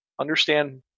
understand